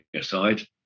side